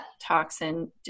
toxin